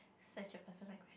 such a person right